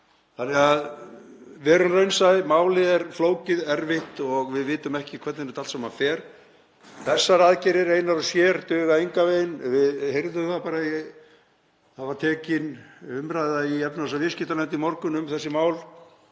þannig að verum raunsæ. Málið er flókið, erfitt og við vitum ekki hvernig þetta allt saman fer. Þessar aðgerðir einar og sér duga engan veginn. Við heyrðum það bara, það var tekin umræða í efnahags- og viðskiptanefnd í morgun um þessi mál